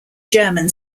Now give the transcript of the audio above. german